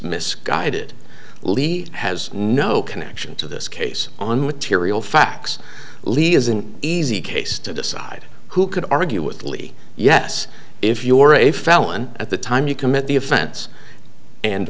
misguided lead has no connection to this case on material facts lead is an easy case to decide who could argue with lee yes if you're a felon at the time you commit the offense and